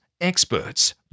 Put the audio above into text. experts